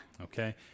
Okay